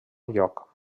lloc